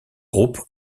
groupes